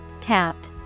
Tap